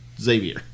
Xavier